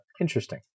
interesting